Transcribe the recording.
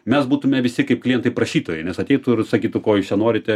mes būtume visi kaip klientai prašytojai nes ateitų ir sakytų ko jūs čia norite